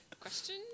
Question